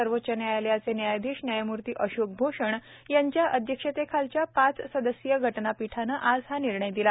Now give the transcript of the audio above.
सर्वोच्च न्यायालयाचे न्यायाधीश न्यायमूर्ती अशोक भूषण यांच्या अध्यक्षतेखालच्या पाच सदस्यीय घटनापीठानं आज हा निर्णय़ दिला